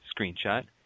screenshot